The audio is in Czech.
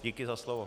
Díky za slovo.